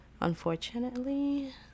unfortunately